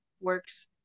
works